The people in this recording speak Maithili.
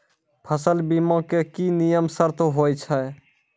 फसल बीमा के की नियम सर्त होय छै?